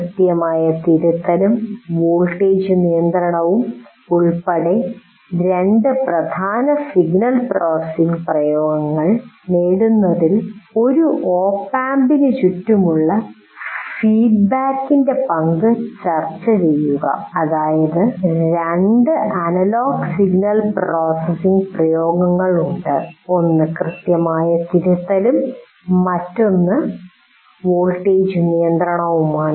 കൃത്യമായ തിരുത്തലും വോൾട്ടേജ് നിയന്ത്രണവും ഉൾപ്പെടെ രണ്ട് പ്രധാന സിഗ്നൽ പ്രോസസ്സിംഗ് പ്രയോഗങ്ങൾ നേടുന്നതിൽ ഒരു ഒപ് ആമ്പിനു ചുറ്റുമുള്ള ഫീഡ്ബാക്കിന്റെ പങ്ക് ചർച്ചചെയ്യുക അതായത് 2 അനലോഗ് സിഗ്നൽ പ്രോസസ്സിംഗ് പ്രയോഗങ്ങൾ ഉണ്ട് ഒന്ന് കൃത്യമായ തിരുത്തലും മറ്റൊന്ന് വോൾട്ടേജ് നിയന്ത്രണവുമാണ്